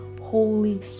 holy